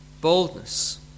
boldness